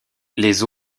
les